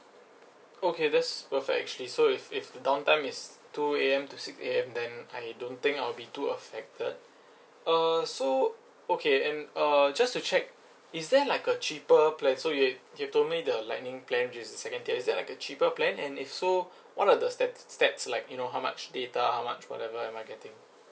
okay that's perfect actually so if if the downtown is two A_M to six A_M then I don't think I'll be too affected err so okay and uh just to check is there like a cheaper plan so you you told me the lightning plan which is the second tier is there like a cheaper plan and if so what are the stats stats like you know how much data how much whatever am I getting